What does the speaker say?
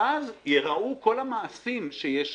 ואז יראו כל המעשים שיש שם,